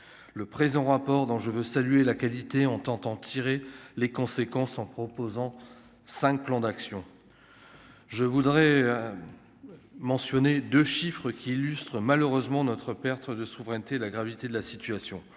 le présent rapport dont je veux saluer la qualité, on t'entend tirer les conséquences en proposant 5, plan d'action je voudrais mentionner de chiffres qui illustrent malheureusement notre perte de souveraineté, la gravité de la situation